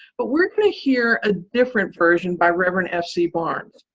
but we're going to hear a different version by reverend f c. barnes.